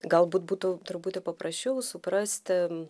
galbūt būtų truputį paprasčiau suprastim